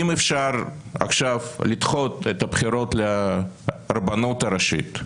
אם אפשר עכשיו לדחות את הבחירות לרבנות הראשית,